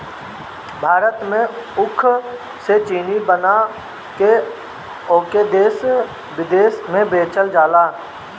भारत में ऊख से चीनी बना के ओके देस बिदेस में बेचल जाला